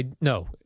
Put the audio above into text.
No